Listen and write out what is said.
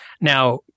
now